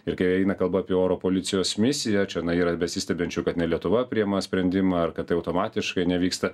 ir kai eina kalba apie oro policijos misiją čionai yra besistebinčių kad ne lietuva priema sprendimą ar kad tai automatiškai nevyksta